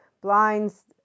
blinds